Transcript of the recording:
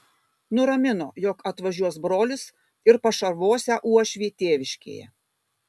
nuramino jog atvažiuos brolis ir pašarvosią uošvį tėviškėje